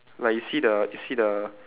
like you see the you see the